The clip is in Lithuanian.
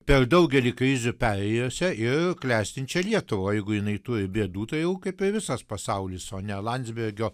per daugelį krizių perėjusią ir klestinčią lietuvą jeigu jinai turi bėdų tai jau kaip ir visas pasaulis o ne landsbergio